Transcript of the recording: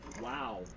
wow